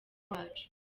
wacu